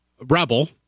rebel